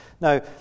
Now